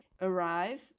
arrive